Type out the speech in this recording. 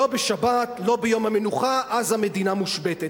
לא בשבת, לא ביום המנוחה, אז המדינה מושבתת.